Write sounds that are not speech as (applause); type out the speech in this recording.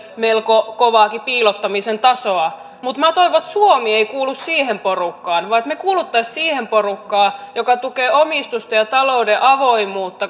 melko kovaakin piilottamisen tasoa minä toivon että suomi ei kuulu siihen porukkaan vaan me kuuluisimme siihen porukkaan joka tukee omistusta ja talouden avoimuutta (unintelligible)